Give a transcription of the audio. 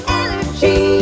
energy